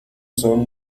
son